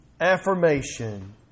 affirmation